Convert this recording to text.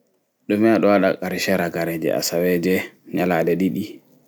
Ɗume a ɗo waɗa ha karce ragare asaweje nyalaaɗe ɗiɗi